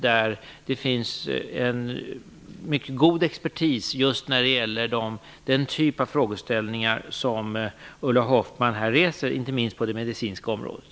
Där finns det en mycket god expertis när det gäller just den typ av frågeställningar som Ulla Hoffmann här reser, inte minst på det medicinska området.